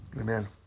Amen